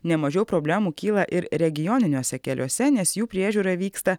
nemažiau problemų kyla ir regioniniuose keliuose nes jų priežiūra vyksta